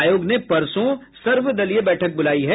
आयोग ने परसों सर्वदलीय बैठक बुलायी है